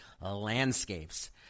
Landscapes